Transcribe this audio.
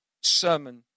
sermon